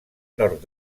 nord